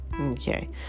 Okay